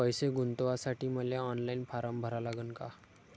पैसे गुंतवासाठी मले ऑनलाईन फारम भरा लागन का?